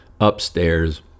upstairs